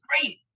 great